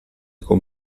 con